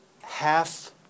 half